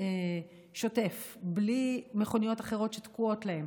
שוטף בלי מכוניות אחרות שתקועות להם,